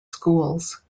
schools